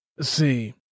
See